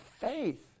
faith